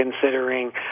considering